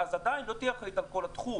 אז עדיין לא תהיי אחראית על כל התחום,